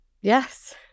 Yes